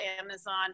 amazon